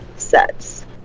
sets